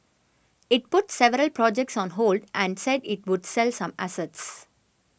it put several projects on hold and said it would sell some assets